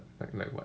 like like [what]